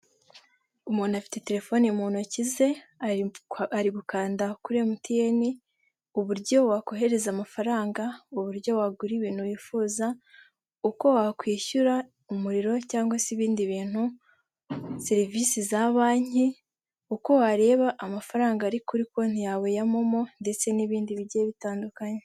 Umuntu afite telefone mu ntoki ze arikwa ari gukanda kuri emutiyeni, uburyo wakohereza amafaranga, uburyo wagura ibintu wifuza, uko wakwishyura umuriro cyangwa se ibindi bintu, serivisi za banki, uko wareba amafaranga ari kuri konti yawe ya momo ndetse n'ibindi bigiye bitandukanye.